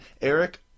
Eric